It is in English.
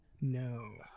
No